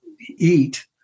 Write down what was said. eat